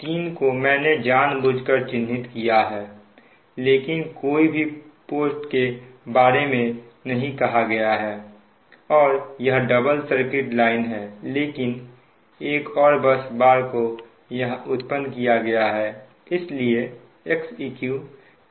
3 को मैंने जानबूझकर चिन्हित किया है लेकिन कोई भी फॉल्ट के बारे में नहीं कहा गया है और यह डबल सर्किट लाइन है लेकिन एक और बस बार को यहां उत्पन्न किया गया है